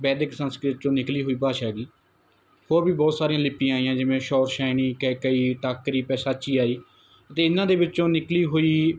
ਵੈਦਿਕ ਸੰਸਕ੍ਰਿਤ ਚੋਂ ਨਿਕਲੀ ਹੋਈ ਭਾਸ਼ਾ ਗੀ ਹੋਰ ਵੀ ਬਹੁਤ ਸਾਰੀਆਂ ਲਿਪੀਆਂ ਆਈਆਂ ਜਿਵੇਂ ਸ਼ੋਰ ਸ਼ਾਈਨੀ ਕੈਕਈ ਟਾਕਰੀ ਪੈਸਾਚੀ ਆਈ ਅਤੇ ਇਹਨਾਂ ਦੇ ਵਿੱਚੋਂ ਨਿਕਲੀ ਹੋਈ